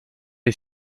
les